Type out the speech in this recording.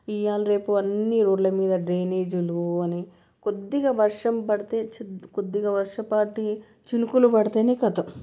ఇయాల రేపు అన్ని రోడ్లమీద డ్రైనేజీలు అని కొద్దిగా వర్షం పడితే కొద్దిగా వర్షపాటి చినుకులు పడితేనే కతం